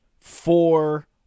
four